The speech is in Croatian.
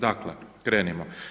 Dakle, krenimo.